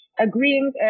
agreeing